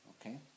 Okay